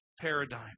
paradigm